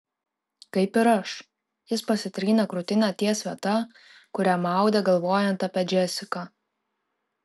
kaip ir aš jis pasitrynė krūtinę ties vieta kurią maudė galvojant apie džesiką